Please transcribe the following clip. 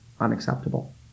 Unacceptable